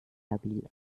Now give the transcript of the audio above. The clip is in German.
labil